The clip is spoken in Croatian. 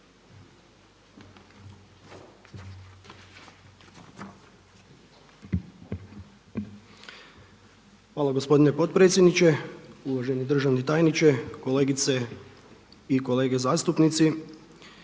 Hvala gospodine potpredsjedniče, uvaženi državni tajniče, kolegice i kolege zastupnici.